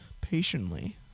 patiently